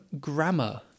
grammar